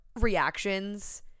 reactions